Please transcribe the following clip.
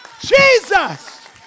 Jesus